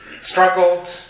struggled